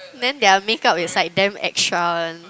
then their make-up is like damn extra one